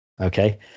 Okay